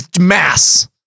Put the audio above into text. mass